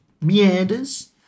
meanders